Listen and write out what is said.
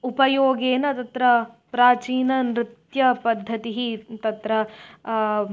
उपयोगेन तत्र प्राचीननृत्यपद्धतिः तत्र